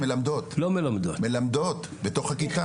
יועצות מלמדות, בתוך הכיתה.